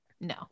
No